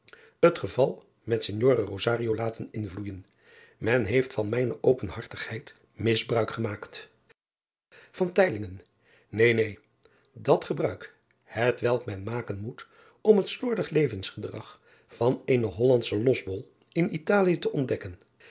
het geval met ignore laten invloeijen en heeft van mijne openhartigheid misbruik gemaakt een neen dat gebruik hetwelk men maken moet om het slordig levensgedrag van eenen ollandschen losbol in talië te ontdekken